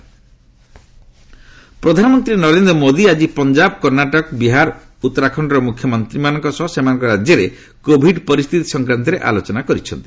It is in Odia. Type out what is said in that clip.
ପିଏମ୍ ସିଏମ୍ ପ୍ରଧାନମନ୍ତ୍ରୀ ନରେନ୍ଦ୍ର ମୋଦୀ ଆଜି ପଞ୍ଜାବ କର୍ଣ୍ଣାଟକ ବିହାର ଓ ଉତ୍ତରାଖଣ୍ଡର ମୁଖ୍ୟମନ୍ତ୍ରୀମାନଙ୍କ ସହ ସେମାନଙ୍କ ରାଜ୍ୟରେ କୋଭିଡ ପରିସ୍ଥିତି ସଂକ୍ରାନ୍ତରେ ଆଲୋଚନା କରିଛନ୍ତି